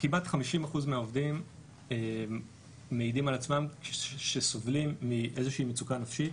כמעט 50 אחוזים מהעובדים מעידים על עצמם כסובלים מאיזושהי מצוקה נפשית.